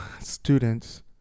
students